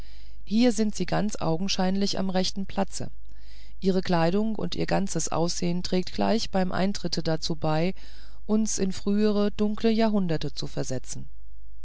hier sind sie ganz augenscheinlich am rechten platze ihre kleidung und ihr ganzes ansehen trägt gleich am eintritte dazu bei uns in frühe dunkle jahrhunderte zu versetzen